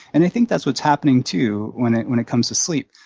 and i think that's what's happening too when it when it comes to sleep.